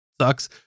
sucks